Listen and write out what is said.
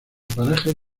parajes